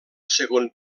segon